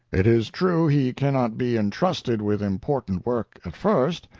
it is true he cannot be entrusted with important work at first,